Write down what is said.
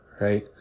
right